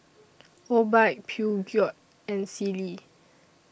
Obike Peugeot and Sealy